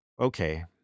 Okay